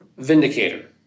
Vindicator